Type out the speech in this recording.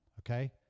okay